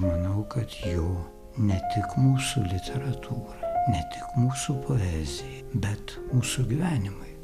manau kad jo ne tik mūsų literatūrai ne tik mūsų poezijai bet mūsų gyvenimui